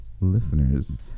listeners